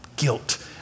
guilt